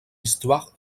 histoire